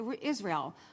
Israel